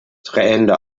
tränende